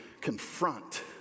confront